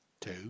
two